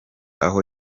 aho